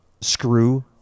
screw